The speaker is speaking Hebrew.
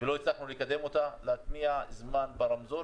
ולא הצלחנו לקדם אותה, להטמיע זמן ברמזור.